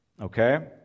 Okay